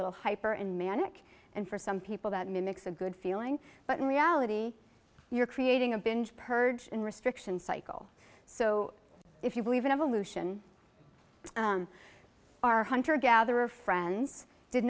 little hyper and manic and for some people that mimics a good feeling but in reality you're creating a binge purge and restriction cycle so if you believe in evolution our hunter gatherer friends did